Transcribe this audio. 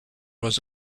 was